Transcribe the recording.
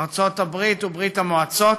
ארצות הברית וברית המועצות,